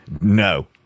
no